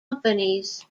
companies